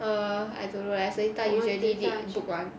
err I don't know leh cause this [one] usually need to book [one]